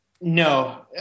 No